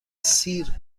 سیر